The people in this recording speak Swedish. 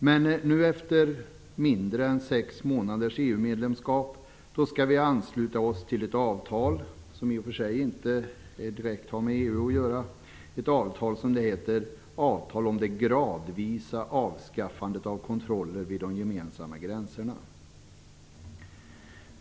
Men nu, efter mindre än sex månaders EU-medlemskap, skall vi ansluta oss till ett avtal, som i och för sig inte har direkt med EU att göra, om det "gradvisa avskaffandet av kontroller vid de gemensamma gränserna".